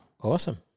Awesome